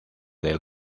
del